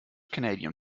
canadian